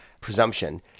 presumption